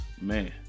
Man